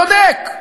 צודק.